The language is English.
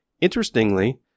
Interestingly